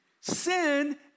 sin